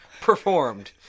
performed